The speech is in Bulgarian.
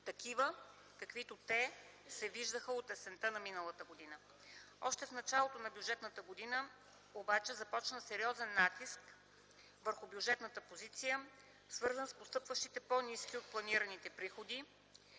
такива, каквито те се виждаха от есента на миналата година. Още в началото на бюджетната година обаче започна сериозен натиск върху бюджетната позиция, свързан с постъпващите по-ниски от планираните приходи,